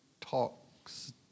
talks